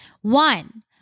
One